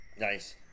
nice